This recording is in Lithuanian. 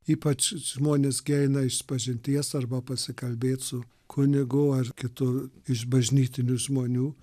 ypač žmonės gi eina išpažinties arba pasikalbėt su kunigu ar kitu iš bažnytinių žmonių